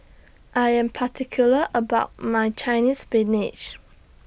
I Am particular about My Chinese Spinach